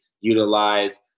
utilize